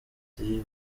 ati